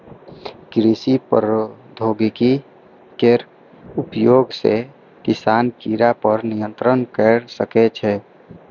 कृषि प्रौद्योगिकी केर उपयोग सं किसान कीड़ा पर नियंत्रण कैर सकै छै